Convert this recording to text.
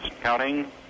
Counting